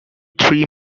three